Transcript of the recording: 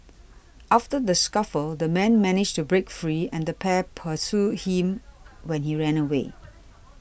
after the scuffle the man managed to break free and the pair pursued him when he ran away